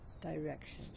Direction